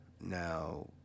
Now